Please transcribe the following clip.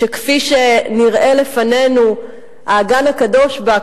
שכפי שנראה לפנינו האגן הקדוש בה,